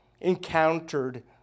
encountered